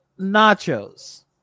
Nachos